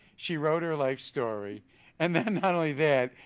she wrote her life story and then not only that,